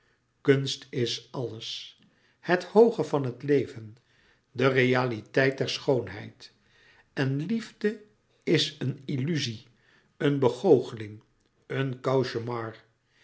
kunst is alles het hooge van het leven de realiteit der schoonheid en liefde is een illuzie een begoocheling een cauchemar